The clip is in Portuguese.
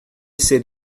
ser